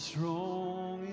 Strong